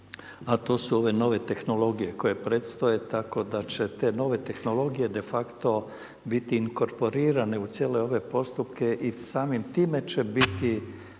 a to su ove nove tehnologije koje predstoje, tako da će te nove tehnologije de facto biti inkorporirane u cijele ove postupke i samim time će biti